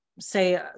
say